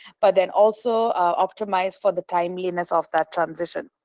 but then also optimize for the timeliness of that transition.